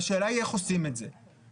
עומדת בתנאי הרישיון.